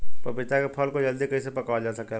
पपिता के फल को जल्दी कइसे पकावल जा सकेला?